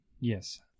yes